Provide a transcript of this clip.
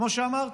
כמו שאמרתי.